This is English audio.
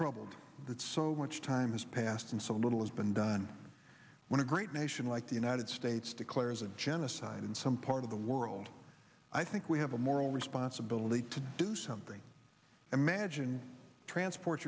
troubled that so much time has passed and so little has been done when a great nation like the united states declares a genocide in some part of the world i think we have a moral responsibility to do something imagined transport